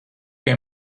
pie